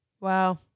Wow